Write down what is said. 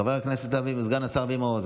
חבר הכנסת וסגן השר אבי מעוז,